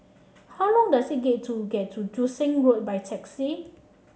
how long does it get to get to Joo Seng Road by taxi